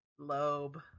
lobe